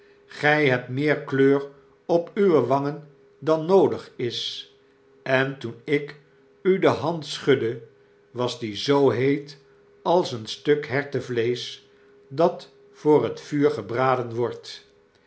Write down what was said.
gy hebt meer kleur op uwe wangen dan noodig is en toen ik u de hand schudde was die zoo heet als een stuk hertenvleesch dat voor het vuur gebraden wordt